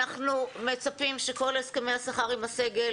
אנחנו מצפים שכל הסכמי השכר עם הסגל,